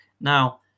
Now